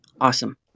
Awesome